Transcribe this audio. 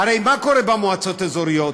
הרי מה קורה במועצות האזוריות?